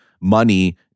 money